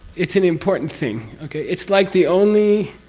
it's an important thing. okay? it's like the only.